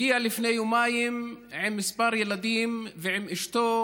הגיע לפני יומיים עם כמה ילדים ועם אשתו